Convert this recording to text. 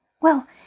Well